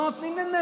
לא נותנים להם.